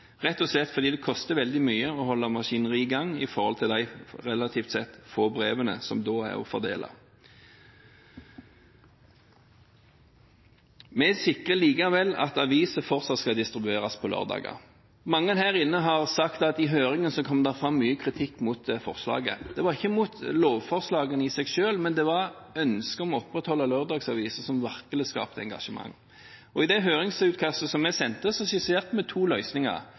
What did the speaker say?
rett og slett fordi det koster veldig mye å holde maskineriet i gang i forhold til de relativt sett få brevene som da er å fordele. Vi sikrer likevel at aviser fortsatt skal distribueres på lørdager. Mange her har sagt at det kom fram mye kritikk mot forlaget i høringen. Det var ikke mot lovforslaget i seg selv, men det var ønsket om å opprettholde lørdagsaviser som virkelig skapte engasjement. I høringsutkastet vi sendte, skisserte vi to løsninger: